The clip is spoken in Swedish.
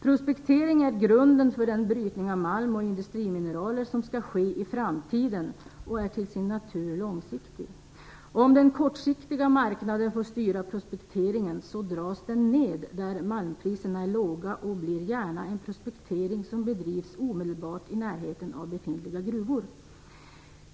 Prospektering är grunden för den brytning av malm och industrimineraler som skall ske i framtiden och är till sin natur långsiktig. Om den kortsiktiga marknaden får styra prospekteringen dras den ner där malmpriserna är låga och blir gärna en prospektering som bedrivs omedelbart i närheten av befintliga gruvor.